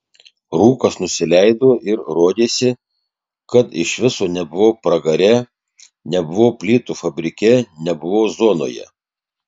rūkas nusileido ir rodėsi kad iš viso nebuvau pragare nebuvau plytų fabrike nebuvau zonoje